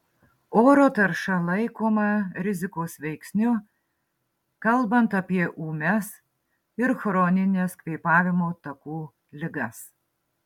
oro tarša laikoma rizikos veiksniu kalbant apie ūmias ir chronines kvėpavimo takų ligas